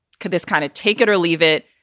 could this kind of take it or leave it?